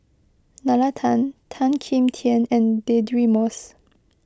Nalla Tan Tan Kim Tian and Deirdre Moss